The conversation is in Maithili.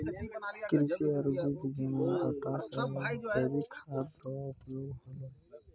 कृषि आरु जीव विज्ञान मे डाटा से जैविक खाद्य रो उपयोग होलै